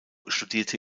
studierte